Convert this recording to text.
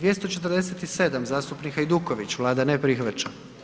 247. zastupnik Hajduković, Vlada ne prihvaća.